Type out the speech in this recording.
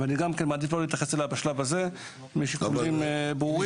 ואני מעדיף לא להתייחס אליה בשלב הזה משיקולים ברורים.